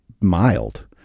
mild